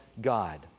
God